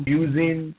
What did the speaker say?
using